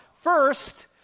First